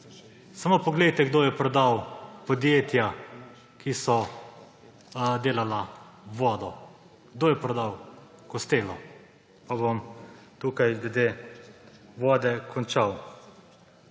samo poglejte, kdo je prodal podjetja, ki so delala vodo. Kdo je prodal Costello? Pa bom tukaj glede vode končal.